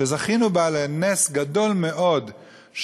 שזכינו בה לנס גדול מאוד,